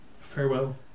farewell